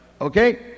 Okay